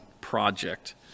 project